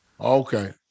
Okay